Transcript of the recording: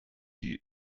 die